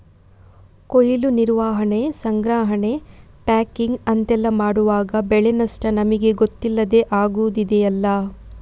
ಕೊಯ್ಲು, ನಿರ್ವಹಣೆ, ಸಂಗ್ರಹಣೆ, ಪ್ಯಾಕಿಂಗ್ ಅಂತೆಲ್ಲ ಮಾಡುವಾಗ ಬೆಳೆ ನಷ್ಟ ನಮಿಗೆ ಗೊತ್ತಿಲ್ಲದೇ ಆಗುದಿದೆಯಲ್ಲ